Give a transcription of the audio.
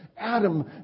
Adam